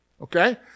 Okay